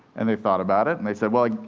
and they thought about it and they said, well,